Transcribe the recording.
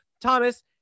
Thomas